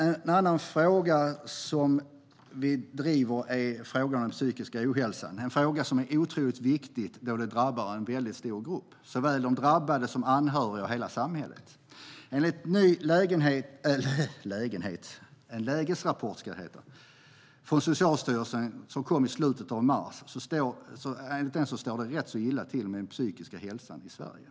En annan fråga som mitt parti driver är frågan om psykisk ohälsa. Den är otroligt viktig då det drabbar en stor grupp, såväl de drabbade som anhöriga och hela samhället. Enligt en ny lägesrapport från Socialstyrelsen, som kom i slutet av mars, står det ganska illa till med den psykiska hälsan i Sverige.